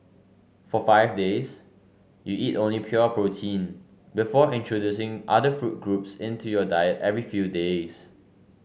for five days you eat only pure protein before introducing other food groups into your diet every few days